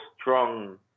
strong